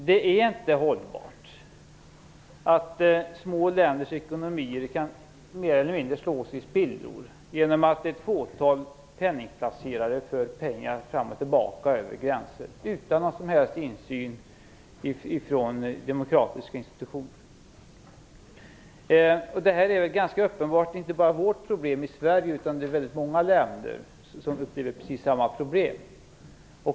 Det är inte hållbart att små länders ekonomier kan mer eller mindre slås i spillror genom att ett fåtal penningplacerare för pengar fram och tillbaka över gränser utan någon som helst insyn från demokratiska institutioner. Det är ganska uppenbart inte bara vårt problem i Sverge. Det är väldigt många länder som upplever precis samma problem.